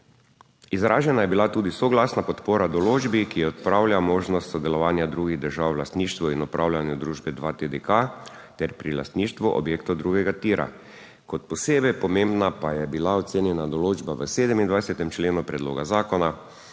Izražena je bila tudi soglasna podpora določbi, ki odpravlja možnost sodelovanja drugih držav v lastništvu in upravljanju družbe 2TDK ter pri lastništvu objektov drugega tira. Kot posebej pomembna pa je bila ocenjena določba v 27. členu predloga zakona,